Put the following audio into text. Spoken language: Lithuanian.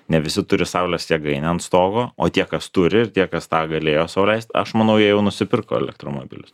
ne visi turi saulės jėgainę ant stogo o tie kas turi ir tie kas tą galėjo sau leist aš manau jie jau nusipirko elektromobilius